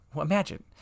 Imagine